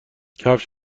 کفش